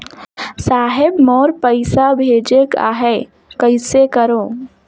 साहेब मोर पइसा भेजेक आहे, कइसे करो?